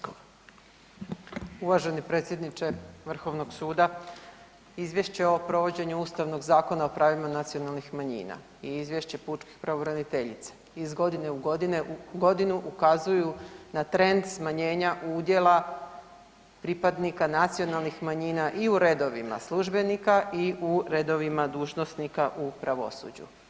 Uvaženi predsjedniče Vrhovnog suda, Izvješće o provođenju Ustavnog zakona o pravima nacionalnih manjina i Izvješće pučke pravobraniteljice iz godine u godinu ukazuju na trend smanjenja udjela pripadnika nacionalnih manjina i u redovima službenika i u redovima dužnosnika u pravosuđu.